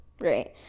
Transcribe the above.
Right